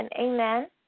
Amen